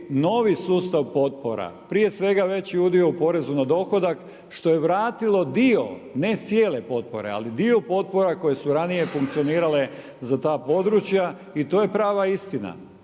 novi sustav potpora prije svega veći udio u porezu na dohodak što je vratilo dio ne cijele potpore, ali dio potpora koje su ranije funkcionirale za ta područja. I to je prava istina.